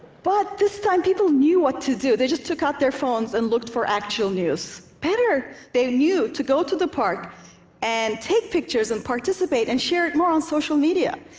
but this time, people knew what to do. they just took out their phones and looked for actual news. better, they knew to go to the park and take pictures and participate and share it more on social media.